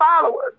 followers